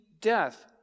death